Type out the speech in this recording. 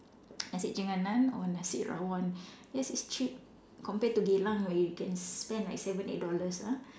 nasi jenganan or nasi rawon yes it's cheap compared to Geylang where you can spend like seven eight dollars ah